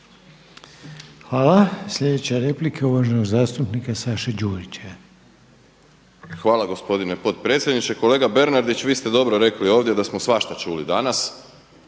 Hvala. Sljedeća replika je uvaženog zastupnika Saše Đujića. **Đujić, Saša (SDP)** Hvala gospodine potpredsjedniče. Kolega Bernardić vi ste dobro rekli ovdje da smo svašta čuli danas